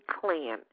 Clan